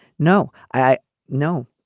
no i know.